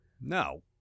No